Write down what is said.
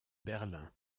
berlin